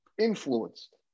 influenced